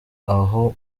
aho